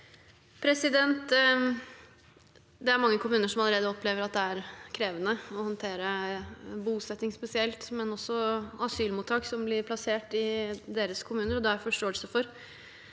Det er mange kommuner som allerede opplever at det er krevende å håndtere spesielt bosetting, men også asylmottak som blir plassert i deres kommune. Det har jeg forståelse for.